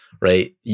right